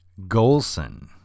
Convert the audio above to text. Golson